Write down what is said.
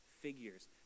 figures